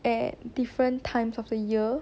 at different times of the year